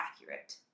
accurate